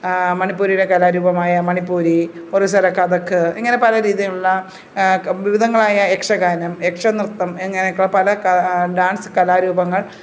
മണിപ്പൂരിലെ കലാരൂപമായ മണിപ്പൂരി ഒറീസ്സയിലെ കഥക് ഇങ്ങനെ പല രീതിയിലുള്ള വിവിധങ്ങളായ യക്ഷഗാനം യക്ഷനൃത്തം എങ്ങനെ ക പല ഡാൻസ് കലാരൂപങ്ങൾ